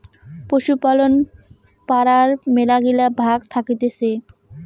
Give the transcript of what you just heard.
পশুপালন পড়ার মেলাগিলা ভাগ্ থাকতিছে